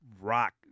Rock